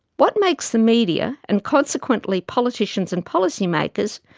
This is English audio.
what makes the media, and consequently politicians and policy-makers,